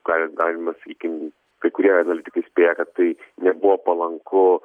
ką ir galima sakykim kai kurie analitikai spėja kad tai nebuvo palanku